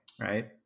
right